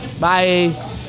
Bye